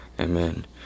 amen